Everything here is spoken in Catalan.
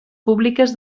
públiques